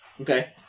Okay